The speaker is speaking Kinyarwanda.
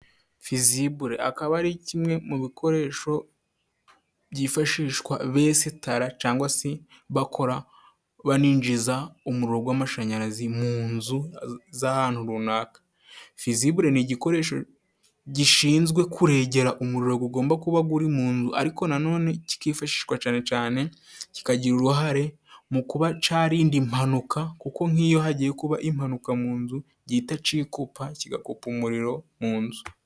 Fizibure akaba ari kimwe mu bikoresho byifashishwa besitara cangwa se bakora, baninjiza umuriro gw'amashanyarazi mu nzu z'ahantu runaka. Fizibure ni igikoresho gishinzwe kuregera umuriro gugomba kuba guri mu nzu ariko nanone kikifashishwa cane cane kikagira uruhare mu kuba carinda impanuka kuko nk'iyo hagiye kuba impanuka mu nzu gihita cikupa, kigakupa umuriro mu nzu.